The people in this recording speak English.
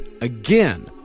again